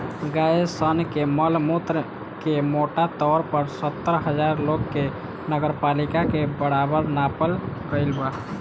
गाय सन के मल मूत्र के मोटा तौर पर सत्तर हजार लोग के नगरपालिका के बराबर नापल गईल बा